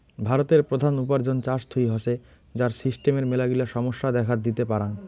ভারতের প্রধান উপার্জন চাষ থুই হসে, যার সিস্টেমের মেলাগিলা সমস্যা দেখাত দিতে পারাং